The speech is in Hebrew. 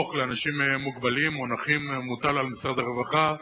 של אנשים מוגבלים או נכים מוטל על משרד הרווחה.